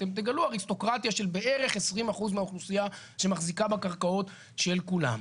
אתם תגלו אריסטוקרטיה של בערך 20% מהאוכלוסייה שמחזיקה בקרקעות של כולם.